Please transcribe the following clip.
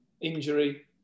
injury